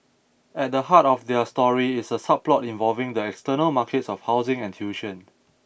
at the heart of their story is a subplot involving the external markets of housing and tuition